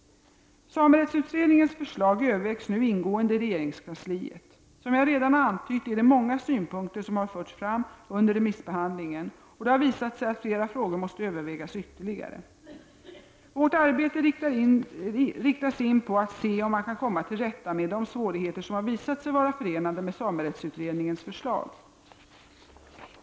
Samerättsutredningens förslag övervägs nu ingående i regeringskansliet. Som jag redan har antytt är det många synpunkter som har förts fram under remissbehandlingen och det har visat sig att flera frågor måste övervägas ytterligare. Vårt arbete riktas in på att se om man kan komma till rätta med de svårigheter som har visat sig vara förenade med samerättsutredningens förslag.